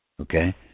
Okay